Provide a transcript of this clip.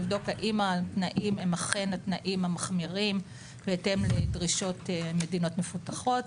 לבדוק האם התנאים הם אכן התנאים המחמירים בהתאם לדרישות מדינות מפותחות.